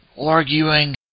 Arguing